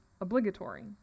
obligatory